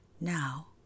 now